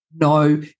no